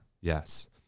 Yes